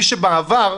מי שבעבר,